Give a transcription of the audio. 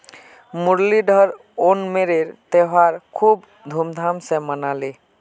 मुरलीधर ओणमेर त्योहार खूब धूमधाम स मनाले